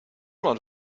not